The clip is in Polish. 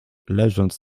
leżąc